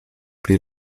pri